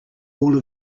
all